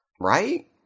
Right